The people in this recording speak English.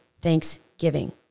thanksgiving